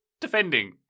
defending